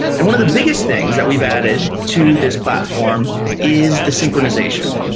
and one of the biggest things that we've added to this platform is the synchronization.